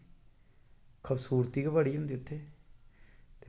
खूबसूरती गै बड़ी होंदी उत्थें